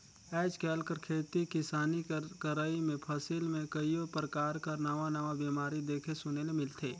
आएज काएल कर खेती किसानी कर करई में फसिल में कइयो परकार कर नावा नावा बेमारी देखे सुने ले मिलथे